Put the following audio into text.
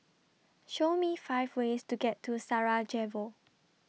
Show Me five ways to get to Sarajevo